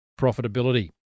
profitability